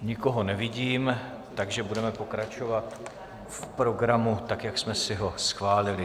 Nikoho nevidím, takže budeme pokračovat v programu tak, jak jsme si ho schválili.